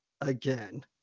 again